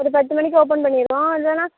ஒரு பத்து மணிக்கு ஓப்பன் பண்ணிருவோம் இல்லைன்னா